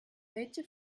welche